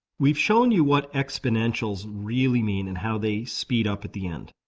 we've shown you what exponentials really mean and how they speed up at the end.